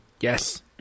yes